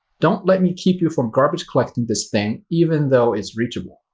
don't let me keep you from garbage collecting this thing, even though it's reachable?